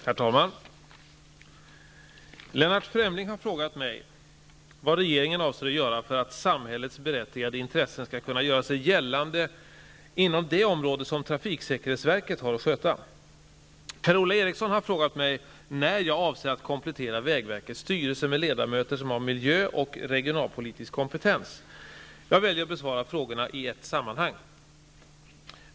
Herr talman! Lennart Fremling har frågat mig vad regeringen avser att göra för att samhällets berättigade intressen skall kunna göra sig gällande inom det område som trafiksäkerhetsverket har att sköta. Per-Ola Eriksson har frågat mig när jag avser att komplettera vägverkets styrelse med ledamöter som har miljö och regionalpolitisk kompetens. Jag väljer att besvara frågorna i ett sammanhang.